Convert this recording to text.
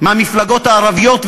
מהמפלגות הערביות,